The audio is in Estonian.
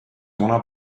vana